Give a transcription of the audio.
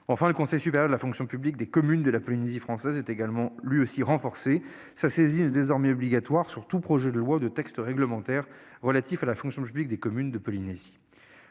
Le Conseil supérieur de la fonction publique des communes de la Polynésie française est lui aussi renforcé. Sa saisine est désormais obligatoire sur tout projet de loi ou de texte réglementaire relatif à la fonction publique des communes de Polynésie